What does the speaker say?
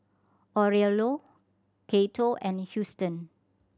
Aurelio Cato and Huston